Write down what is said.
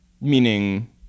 Meaning